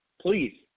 please